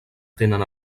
tenen